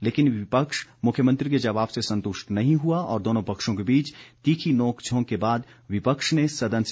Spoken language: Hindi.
लेकिन विपक्ष मुख्यमंत्री के जवाब से संतुष्ट नहीं हुआ और दोनों पक्षों के बीच तीखी नोंक झोंक के बाद विपक्ष ने सदन से वाकआउट कर दिया